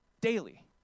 Daily